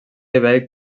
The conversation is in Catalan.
ibèric